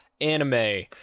anime